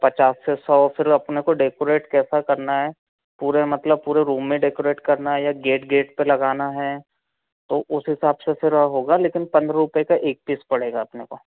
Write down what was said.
पचास से सौ फिर अपने को डेकोरेट कैसा करना है पूरे मतलब पूरे रूम में डेकोरेट करना है या गेट गेट पर लगाना है तो उस हिसाब से फिर होगा लेकिन पंद्रह रुपये का एक पीस पड़ेगा अपने को